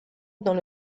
dans